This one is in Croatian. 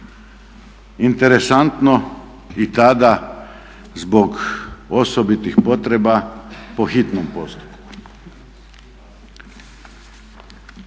Interesantno i tada zbog osobitih potreba po hitnom postupku.